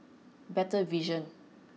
better vision